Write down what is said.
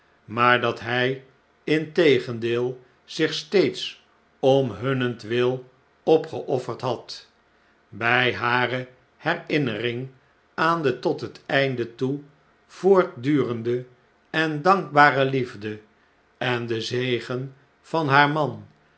maar dat hij integendeel zich steeds om hunnentwil opgeofferd had bij hare herinnering aan de tot het einde toe voortdurende en dankbare liefde en den zegen van haar man